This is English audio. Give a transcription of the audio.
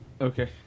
Okay